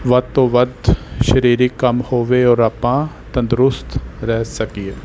ਵੱਧ ਤੋਂ ਵੱਧ ਸਰੀਰਕ ਕੰਮ ਹੋਵੇ ਔਰ ਆਪਾਂ ਤੰਦਰੁਸਤ ਰਹਿ ਸਕੀਏ